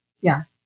Yes